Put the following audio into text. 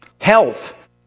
health